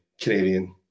Canadian